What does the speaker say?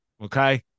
Okay